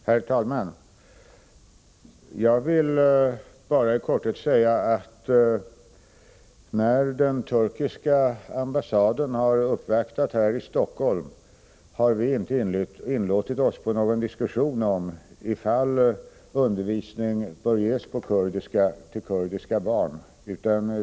Herr talman! Jag vill bara i korthet säga att vi vid den turkiska ambassadens uppvaktning här i Stockholm inte har inlåtit oss på någon diskussion huruvida undervisning i kurdiska bör ges till kurdiska barn.